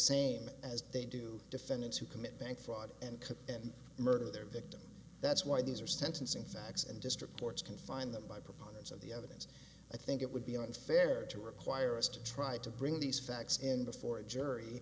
same as they do defendants who commit bank fraud and cook and murder their victims that's why these are sentencing facts and district courts can find them by proponents of the evidence i think it would be unfair to require us to try to bring these facts and before a jury